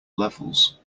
levels